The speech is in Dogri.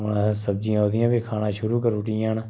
हून असैं सब्जियां ओह्दिया बी खाना शुरू करुड़ियां न